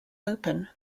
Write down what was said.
open